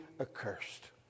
accursed